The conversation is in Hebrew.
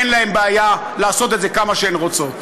אין להן בעיה לעשות את זה כמה שהן רוצות.